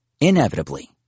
Inevitably